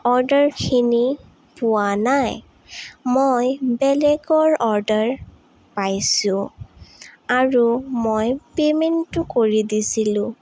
অৰ্ডাৰখিনি পোৱা নাই মই বেলেগৰ অৰ্ডাৰ পাইছোঁ আৰু মই পে'মেণ্টটো কৰি দিছিলোঁ